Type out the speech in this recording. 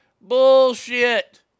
Bullshit